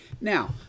Now